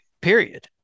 Period